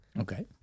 Okay